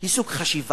היא סוג חשיבה,